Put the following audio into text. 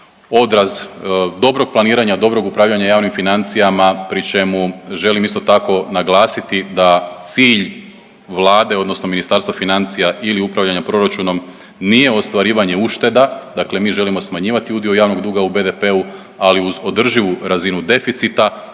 odraz dobrog planiranja, dobrog upravljanja javnim financijama pri čemu želim isto tako naglasiti da cilj vlade odnosno Ministarstva financija ili upravljanja proračunom nije ostvarivanje ušteda, dakle mi želimo smanjivati udio javnog duga u BDP-u ali uz održivu razinu deficita